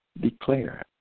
declare